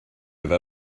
have